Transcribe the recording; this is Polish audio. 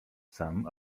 sam